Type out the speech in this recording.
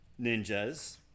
ninjas